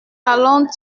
allons